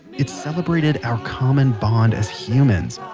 it celebrated our common bond as humans,